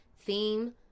theme